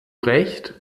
recht